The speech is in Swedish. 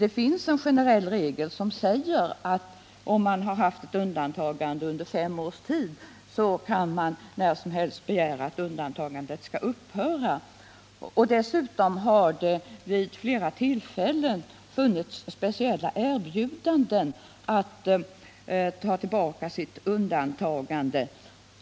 Enligt en generell regel kan den som har haft ett undantagande under fem år när som helst begära att undantagandet skall upphöra. Dessutom har det vid flera tillfällen funnits speciella erbjudanden om att man kan ta tillbaka sitt undantagande.